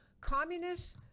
Communists